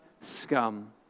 scum